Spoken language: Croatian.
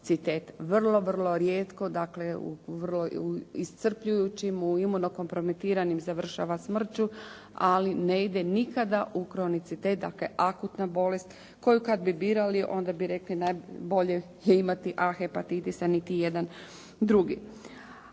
vrlo rijetko, dakle u vrlo iscrpljujućim, u imunokompromitiranim završava smrću ali ne ide nikada u kronicitet, dakle akutna bolest koju kad bi birali onda bi rekli bolje je imati A hepatitis a niti jedan drugi.